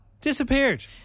disappeared